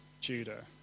judah